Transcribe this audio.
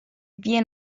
vie